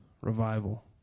revival